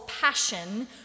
passion